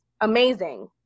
amazing